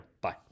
Bye